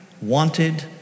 wanted